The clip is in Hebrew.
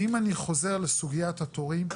ואם אני חוזר לסוגיית התורים,